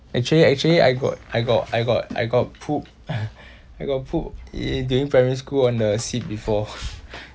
actually actually I got I got I got I got poop I got poop eh during primary school on the seat before